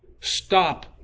Stop